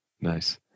Nice